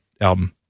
album